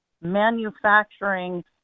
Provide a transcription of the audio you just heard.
manufacturing